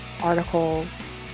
articles